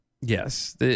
Yes